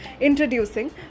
Introducing